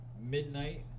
midnight